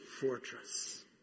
fortress